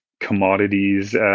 commodities